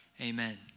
amen